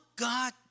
God